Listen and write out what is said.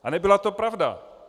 A nebyla to pravda.